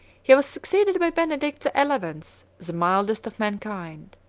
he was succeeded by benedict the eleventh, the mildest of mankind.